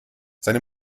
seine